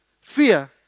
fear